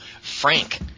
Frank